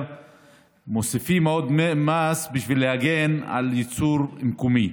שמוסיפים עוד מס בשביל להגן על ייצור מקומי,